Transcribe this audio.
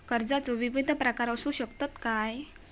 कर्जाचो विविध प्रकार असु शकतत काय?